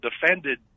defended